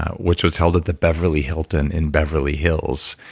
which was held at the beverly hilton in beverly hills.